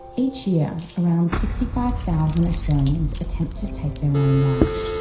each year, around sixty five thousand australians attempt to take their own life,